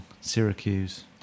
Syracuse